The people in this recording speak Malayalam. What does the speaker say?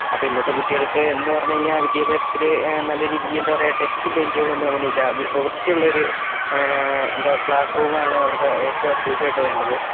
അപ്പം ഇന്നത്തെ കുട്ടികൾക്ക് എന്നുപറഞ്ഞു കഴിഞ്ഞാൽ വിദ്യാഭ്യാസത്തിൽ നല്ല രീതിക്ക് എന്താണ് പറയുക ഡെസ്കും ബെഞ്ചുകളൊന്നും അങ്ങനെയില്ല വൃ വൃത്തിയുള്ളൊരു എന്താണ് ക്ലാസ്റൂം ആണ് അവർക്ക് ഏറ്റവും അത്യാവശ്യമായിട്ട് വേണ്ടത്